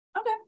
Okay